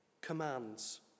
commands